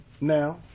now